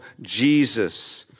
Jesus